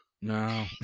No